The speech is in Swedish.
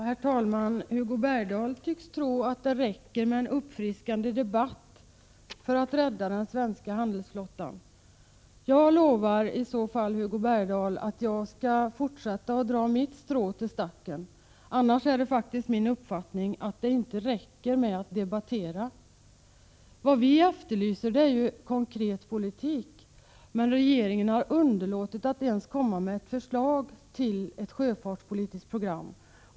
Herr talman! Hugo Bergdahl tycks tro att det räcker med en uppfriskande debatt för att rädda den svenska handelsflottan. Jag lovar i så fall, Hugo Bergdahl, att jag skall fortsätta att dra mitt strå till stacken. Annars är det faktiskt min uppfattning att det inte räcker med att bara debattera. Vi efterlyser konkret politik, men regeringen har underlåtit att ens komma med ett förslag till ett sjöfartspolitiskt program.